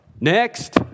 next